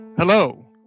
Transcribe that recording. Hello